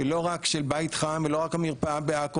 לא רק של בית חם ולא רק המרפאה בעכו.